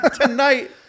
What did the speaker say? tonight